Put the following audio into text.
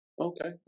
Okay